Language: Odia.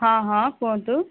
ହଁ ହଁ କୁହନ୍ତୁ